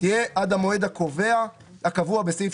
הגדלת מענק עבודה פוגעת בתמריץ לצאת לשוק